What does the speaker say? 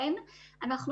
היום אנחנו